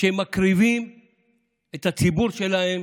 שהם מקריבים את הציבור שלהם